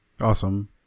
Awesome